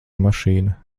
mašīna